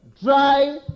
dry